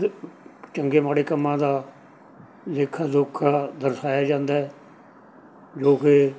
ਚੰਗੇ ਮਾੜੇ ਕੰਮਾਂ ਦਾ ਲੇਖਾ ਜੋਖਾ ਦਰਸਾਇਆ ਜਾਂਦਾ ਜੋ ਕਿ